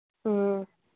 ꯎꯝ